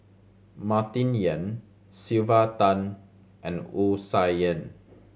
Martin Yan Sylvia Tan and Wu Tsai Yen